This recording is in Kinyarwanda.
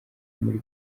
muri